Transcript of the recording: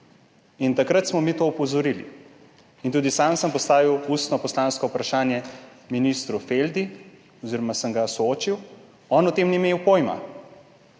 Takrat smo mi na to opozorili in tudi sam sem postavil ustno poslansko vprašanje ministru Feldi oziroma sem ga soočil, on o tem ni imel pojma.